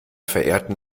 verehrten